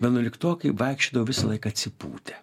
vienuoliktokai vaikščiodavo visąlaik atsipūtę